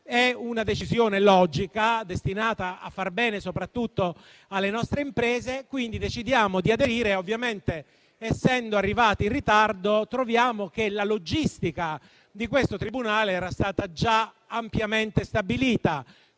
di una decisione logica, destinata a far bene soprattutto alle nostre imprese e, quindi, decidiamo di aderire. Ovviamente, essendo arrivati in ritardo, troviamo che la logistica di questo Tribunale era stata già ampiamente stabilita